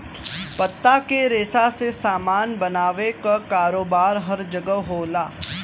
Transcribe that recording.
पत्ता के रेशा से सामान बनावे क कारोबार हर जगह होला